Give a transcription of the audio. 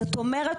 זאת אומרת,